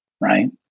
right